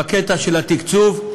בקטע של התקצוב,